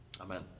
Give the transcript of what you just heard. Amen